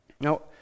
Now